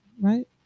right